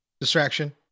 distraction